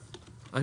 מתי?